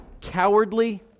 cowardly